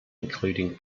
including